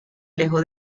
alejó